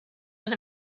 out